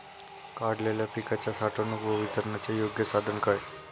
काढलेल्या पिकाच्या साठवणूक व वितरणाचे योग्य साधन काय?